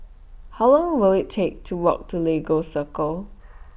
How Long Will IT Take to Walk to Lagos Circle